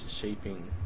shaping